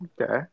Okay